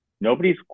Nobody's